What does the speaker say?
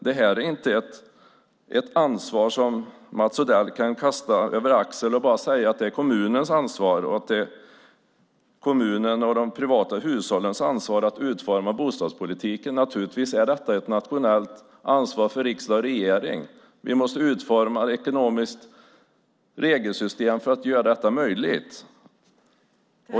Mats Odell kan inte kasta detta ansvar över axeln och säga att det är kommunens och de privata hushållens ansvar att utforma bostadspolitiken. Det är naturligtvis ett nationellt ansvar för riksdag och regering. Vi måste utforma ett ekonomiskt regelsystem för att göra detta möjligt.